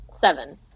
Seven